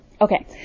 Okay